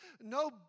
no